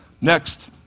Next